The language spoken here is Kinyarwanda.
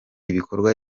ibikorwa